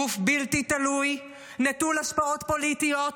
גוף בלתי תלוי, נטול השפעות פוליטיות,